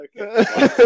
Okay